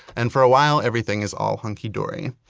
and for a while, everything is all hunky-dory.